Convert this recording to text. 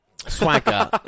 swagger